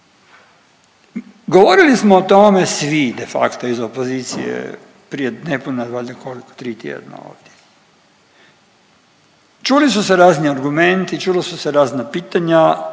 Govorili smo o tome svi de facto iz opozicije prije nepuna valjda, koliko, tri tjedna ovdje. Čuli su se razni argumenti, čula su se razna pitanja,